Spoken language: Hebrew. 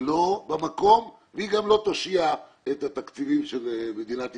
היא לא במקום והיא גם לא תושיע את התקציבים של מדינת ישראל.